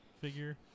figure